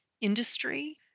industry